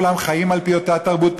כולם חיים על-פי אותה תרבות,